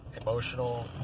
emotional